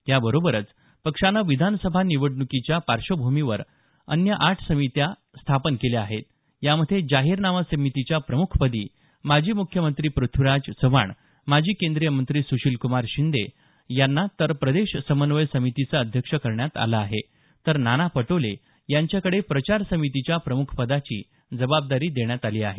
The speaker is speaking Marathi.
याबरोबरचं पक्षानं विधानसभा निवडणुकीच्या पार्श्वभूमीवर अन्य आठ समित्या स्थापन केल्या आहेत यामध्ये जाहीरनामा समितीच्या प्रम्खपदी माजी मुख्यमंत्री पृथ्वीराज चव्हाण माजी केंद्रीय मंत्री सुशीलकुमार शिंदे यांना प्रदेश समन्वय समितीचं अध्यक्ष करण्यात आलं आहे तर नाना पटोले यांच्याकडे प्रचार समितीच्या प्रमुख पदाची जबाबदारी देण्यात आली आहे